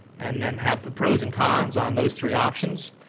and then have the pros and cons on those three options.